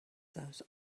those